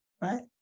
right